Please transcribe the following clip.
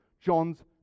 John's